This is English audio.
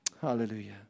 Hallelujah